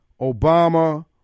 Obama